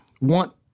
Want